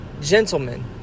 gentlemen